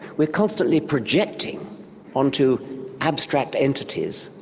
we are constantly projecting on to abstract entities,